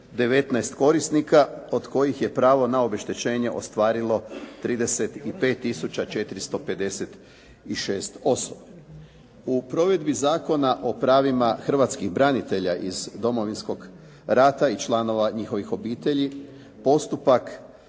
219 korisnika od kojih je pravo na obeštećenje ostvarilo 35 tisuća i 456 osoba. U provedbi Zakona o pravima hrvatskih branitelja iz Domovinskog rata i članova njihovih obitelji, postupak